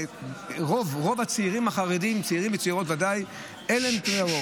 רוב הצעירים והצעירות החרדים, אין להם רישיון.